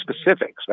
specifics